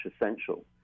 essential